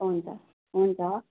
हुन्छ हुन्छ